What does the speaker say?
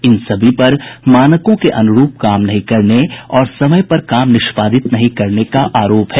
इन सभी पर मानकों के अनुरूप काम नहीं करने और समय पर काम निष्पादित नहीं करने का आरोप है